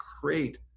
create